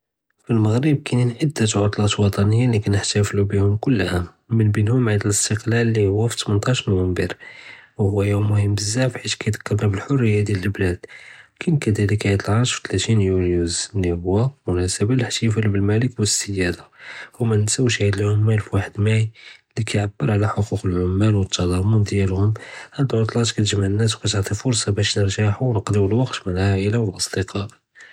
פִי אל-מַגְרִיב קַאין עַדָּה עֻטְלַאת וְטַנִיָּה לִי קַנְחְתַאפְלּוּ בִיהֶם כֻּל עָאם מִן בִּינְתְהֶם עֵיד אל-אִסְתִקְלַאל לִי הוּא פִי תְּמְנַעַש נוֹבֶמבּר וְהוּוַא יוֹם מְهِם בְּזַّاف חִית קִידְזַכּרְנָא בַּחֲרִיַה דְיַאל אל-בְּלָד, קַאין כַּדַלِكَ עֵיד אל-עַרַש פִי תְּלָאתִין יוּלְיוּז לִי הוּוַא בִּמְנַסַבַּה אֶל-אִחְתִפַּאל בַּמַלֵּيك וְאֶס-סִיַּادָה וּמַאנַנְסַאוּש עֵיד אל-עֻמָּאל פַּ وَاحְד מַאי לִי קַיְעַבֵּר עַל חֻקוּק הַעֻמָּאל וְתַדַּאמּُن דְיַאלְהוּם. הַאדּ עֻטְלַאת קַתְּגַמְע אֶנְנָאס וְקַתְעְטִי אֶל-פְּרְסָה בַּשּׁ נִרְתַּاحוּ וְנְקַדִּיוּ אֶל-וַקְת מַעַ אל-עַא'לַה וְאַל-אָסְדִקָא'.